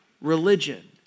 religion